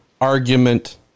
argument